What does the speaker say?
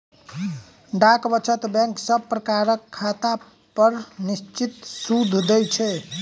डाक वचत बैंक सब प्रकारक खातापर निश्चित सूइद दैत छै